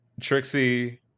Trixie